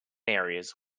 areas